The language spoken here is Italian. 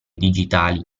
digitali